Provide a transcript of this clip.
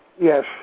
Yes